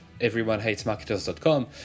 EveryoneHatesMarketers.com